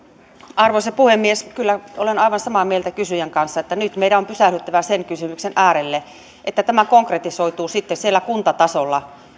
arvoisa puhemies kyllä olen aivan samaa mieltä kysyjän kanssa että nyt meidän on pysähdyttävä sen kysymyksen äärelle että tämä konkretisoituu sitten siellä kuntatasolla